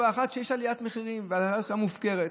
שיש עליית מחירים והעלייה מופקרת.